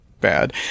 bad